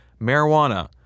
marijuana